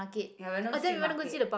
ya street market